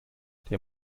der